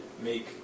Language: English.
make